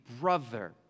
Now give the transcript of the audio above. brother